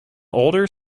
older